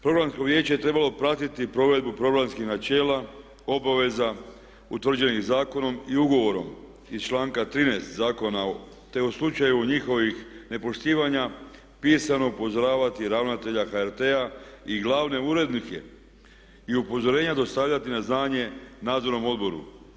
Programsko vijeće je trebalo pratiti provedbu programskih načela, obveza utvrđenih zakonom i ugovorom iz članka 13. zakona te u slučaju njihovih nepoštivanja pisano upozoravati ravnatelja HRT-a i glavne urednike i upozorenja dostavljati na znanje nadzornom odboru.